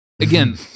again